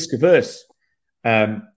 risk-averse